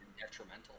detrimental